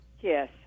Yes